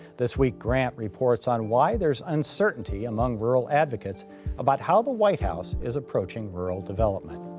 this week grant reports on why there's uncertainty among rural advocates about how the white house is approaching rural development.